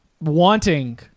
wanting